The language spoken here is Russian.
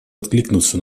откликнуться